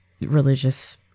religious